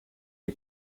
die